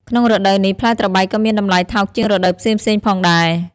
ក្នុងរដូវនេះ ផ្លែត្របែកក៏មានតម្លៃថោកជាងរដូវផ្សេងៗផងដែរ។